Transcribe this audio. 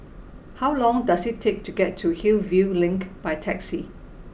how long does it take to get to Hillview Link by taxi